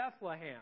Bethlehem